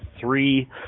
three